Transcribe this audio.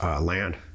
land